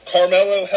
Carmelo